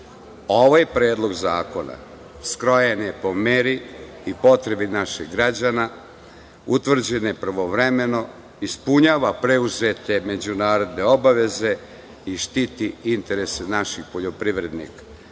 Predlog zakona skrojen je po meri i potrebi naših građana, utvrđen je pravovremeno, ispunjava preuzete međunarodne obaveze i štiti interese naših poljoprivrednika,